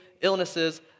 Illnesses